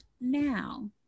now